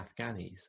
afghanis